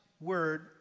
word